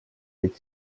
kuid